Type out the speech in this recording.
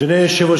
אדוני היושב-ראש,